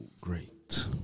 great